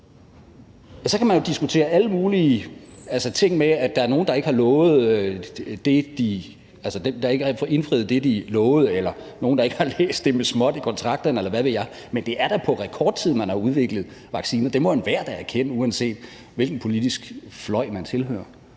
Så kan man diskutere alle mulige ting med, at der er nogle, der ikke har holdt det, de lovede, eller at der er nogle, der ikke har læst det med småt i kontrakterne, eller hvad ved jeg, men det er da på rekordtid, man har udviklet vaccinerne. Det må enhver da erkende, uanset hvilken politisk fløj man tilhører.